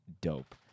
dope